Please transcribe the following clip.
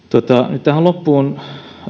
nyt tähän loppuun